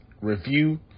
review